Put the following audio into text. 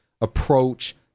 approach